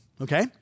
okay